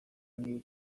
new